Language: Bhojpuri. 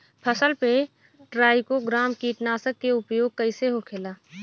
फसल पे ट्राइको ग्राम कीटनाशक के प्रयोग कइसे होखेला?